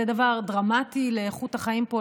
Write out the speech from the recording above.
זה דבר דרמטי לאיכות החיים פה,